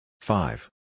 Five